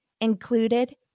included